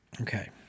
Okay